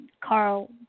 Carl